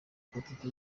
politiki